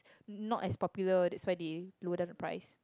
not as popular that's why they lower down the price